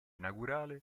inaugurale